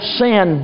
sin